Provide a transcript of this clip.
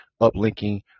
uplinking